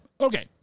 Okay